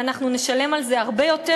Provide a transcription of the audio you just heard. ואנחנו נשלם על זה הרבה יותר,